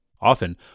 Often